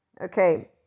okay